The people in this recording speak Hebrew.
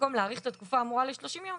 במקום להאריך את התקופה האמורה ל-30 יום,